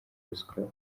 ruswa